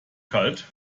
kalt